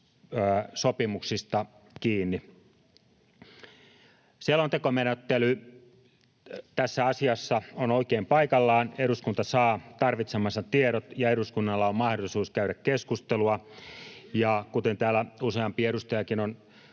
sopimuksista kiinni. Selontekomenettely tässä asiassa on oikein paikallaan: eduskunta saa tarvitsemansa tiedot, ja eduskunnalla on mahdollisuus käydä keskustelua. Ja kuten täällä useampikin edustaja on